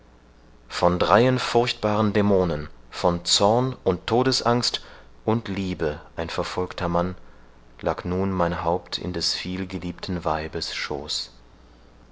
von dreien furchtbaren dämonen von zorn und todesangst und liebe ein verfolgter mann lag nun mein haupt in des viel geliebten weibes schoß